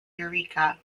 eureka